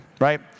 right